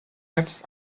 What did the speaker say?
jetzt